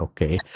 Okay